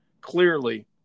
Clearly